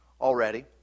already